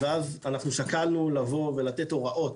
ואז אנחנו שקלנו לבוא ולתת הוראות